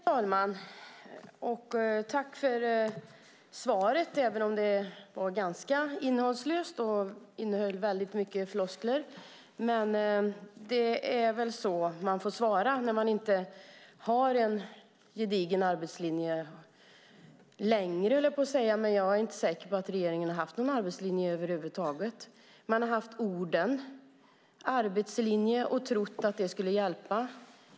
Herr talman! Tack för svaret, även om det var ganska innehållslöst. Det innehöll väldigt mycket floskler, men det är väl så man får svara när man inte har en gedigen arbetslinje längre, höll jag på att säga, men jag är inte säker på att regeringen har haft någon arbetslinje över huvud taget. Man har haft ordet arbetslinje och trott att det skulle hjälpa.